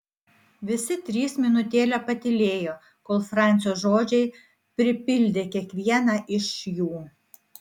visi trys minutėlę patylėjo kol francio žodžiai pripildė kiekvieną iš jų